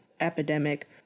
epidemic